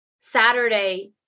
Saturday